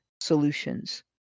solutions